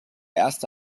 erste